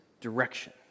direction